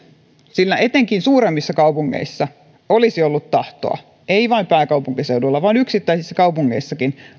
sillä etenkin suuremmissa kaupungeissa olisi ollut tahtoa ei vain pääkaupunkiseudulla vaan yksittäisissä kaupungeissakin